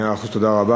יושבת-ראש.